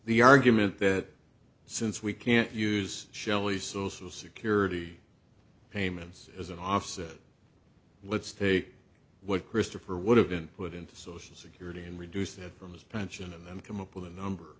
the argument that since we can't use shelly's social security payments as an offset let's take what christopher would have been put into social security and reduce that from his pension and them come up with a number